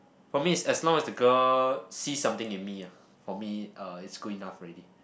for me is as long as the girl see something in me ah for me uh is good enough already